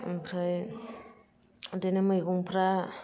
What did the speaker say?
ओमफ्राय बिदिनो मैगंफ्रा